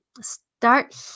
start